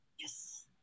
Yes